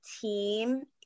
team